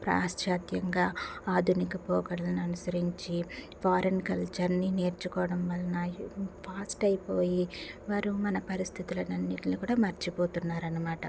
రాహచాక్యంగా ఆధునిక పోకడని అనుసరించి ఫారన్ కల్చర్ని నేర్చుకోవడం వలన ఫాస్ట్ అయిపోయి వారు మన పరిస్థితులన్నింటిని కూడా మర్చిపోతున్నారు అనమాట